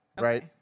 Right